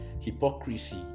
hypocrisy